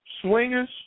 swingers